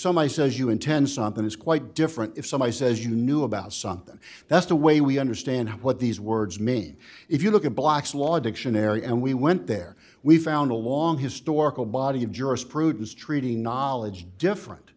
i says you intend something is quite different if somebody says you knew about something that's the way we understand what these words mean if you look at black's law dictionary and we went there we found a long historical body of jurisprudence treating knowledge different